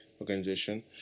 organization